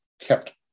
kept